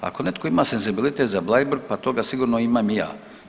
Ako netko ima senzibilitet za Bleiburg, pa to ga sigurno imam i ja.